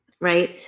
right